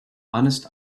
honest